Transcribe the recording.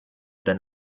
than